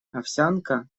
овсянка